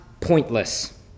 pointless